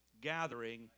gathering